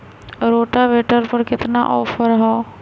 Rotavator पर केतना offer हव?